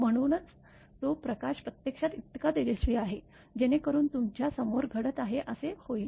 म्हणूनच तो प्रकाश प्रत्यक्षात इतका तेजस्वी आहे जेणेकरून तुमच्या समोर घडत आहे तसे होईल